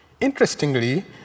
Interestingly